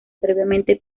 previamente